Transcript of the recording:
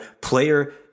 player